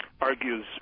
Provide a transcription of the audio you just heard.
argues